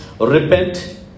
repent